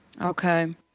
Okay